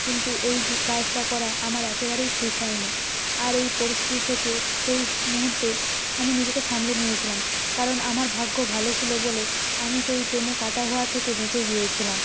কিন্তু এই যে কাজটা করা আমার একেবারেই ঠিক হয়নি আর এই পরিস্থিতি থেকে সেই মুহূর্তে আমি নিজেকে সামলে নিয়েছিলাম কারণ আমার ভাগ্য ভালো ছিল বলে আমি সেই ট্রেনে কাটা হওয়া থেকে বেঁচে গিয়েছিলাম